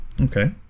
Okay